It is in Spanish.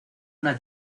una